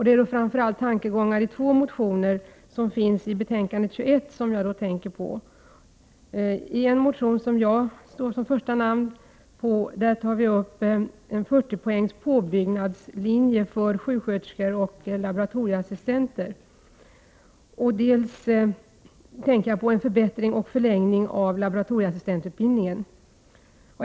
Det är framför allt tankegångarna i två motioner som behandlas i betänkande 21 Prot. 1988/89:104 som jag då tänker på. 26 april 1989 I en motion där jag står som första namn tar vi upp en 40 poängs påbyggnadslinje för sjuksköterskor och laboratorieassistenter. Jag tänker också på en förbättring och förlängning av laboratorieassistentutbildningen.